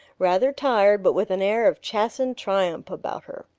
rather tired but with an air of chastened triumph about her.